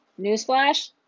Newsflash